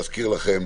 להזכיר לכם